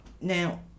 now